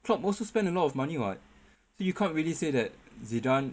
klopp also spend a lot of money what then you can't really say that zidane